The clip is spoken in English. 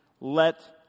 let